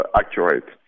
accurate